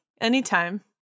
anytime